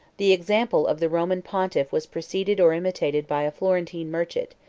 the example of the roman pontiff was preceded or imitated by a florentine merchant,